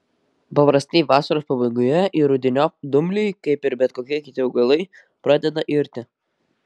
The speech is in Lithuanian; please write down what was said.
paprastai vasaros pabaigoje ir rudeniop dumbliai kaip ir bet kokie kiti augalai pradeda irti